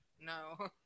no